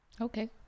Okay